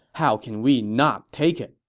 how can we not take it?